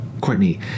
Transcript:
Courtney